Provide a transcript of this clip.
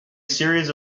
series